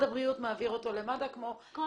הבריאות מעביר אותה למד"א כמו בנושאים אחרים.